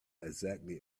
exactly